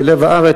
בלב הארץ,